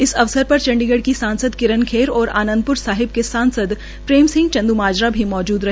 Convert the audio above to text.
इस अवसर पर चंडीगढ़ की सांसद किरण खेल और आनंदप्र साहिब के सांसद प्रेम सिंह चंद्माजरा भी मौजूद रहे